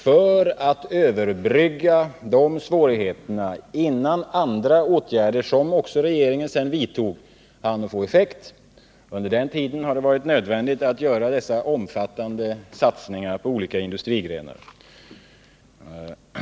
För att överbrygga de svårigheterna innan andra åtgärder — som också regeringen sedan vidtog — hann få effekt, har det under tiden varit nödvändigt att göra dessa omfattande satsningar på olika industrigrenar.